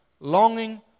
longing